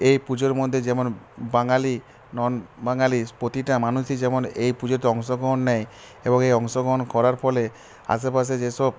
এই পুজোর মধ্যে যেমন বাঙালি নন বাঙালি প্রতিটা মানুষই যেমন এই পুজোতে অংশগ্রহণ নেয় এবং এই অংশগ্রহণ করার ফলে আশেপাশে যেসব